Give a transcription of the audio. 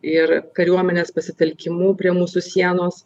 ir kariuomenės pasitelkimu prie mūsų sienos